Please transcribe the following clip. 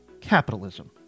capitalism